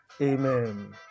Amen